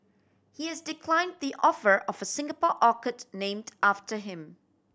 he has decline the offer of a Singapore orchid named after him